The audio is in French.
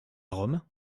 rome